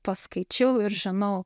paskaičiau ir žinau